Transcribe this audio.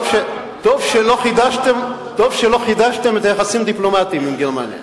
טוב שלא חידשתם את היחסים הדיפלומטיים עם גרמניה,